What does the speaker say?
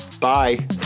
Bye